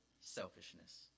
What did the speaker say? selfishness